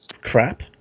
crap